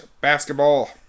basketball